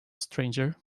stranger